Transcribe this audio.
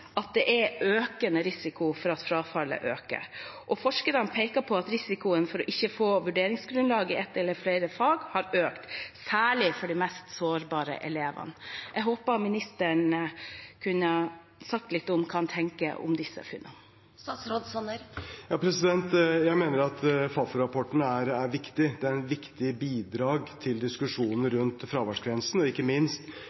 at det er økende risiko for at frafallet øker. Forskerne peker på at risikoen har økt for ikke å få vurderingsgrunnlag i ett eller flere fag, særlig for de mest sårbare elevene. Jeg håper ministeren kan si litt om hva han tenker om disse funnene. Jeg mener at Fafo-rapporten er viktig. Det er et viktig bidrag til diskusjonen